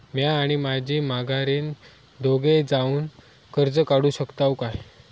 म्या आणि माझी माघारीन दोघे जावून कर्ज काढू शकताव काय?